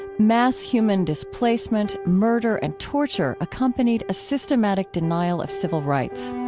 mass human displacement, murder, and torture accompanied a systematic denial of civil rights.